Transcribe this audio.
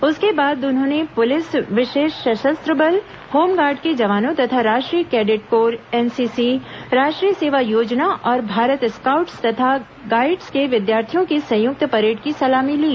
उसके बाद उन्होंने पुलिस विषेष सषस्त्र बल होमगार्ड कर्क जवानों तथा राष्ट्रीय कैंडेट कोर एनसीसी राष्ट्रीय सेवा योजना और भारत स्काउट्स तथा गाईड्स के विद्यार्थियों की संयुक्त परेड की सलामी ली